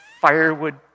firewood